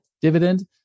dividend